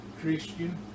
Christian